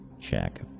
check